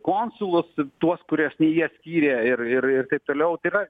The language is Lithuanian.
konsulus tuos kuriuos ne jie skyrė ir ir ir taip toliau tai yra